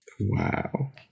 Wow